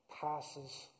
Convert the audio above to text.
passes